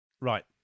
Right